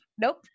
nope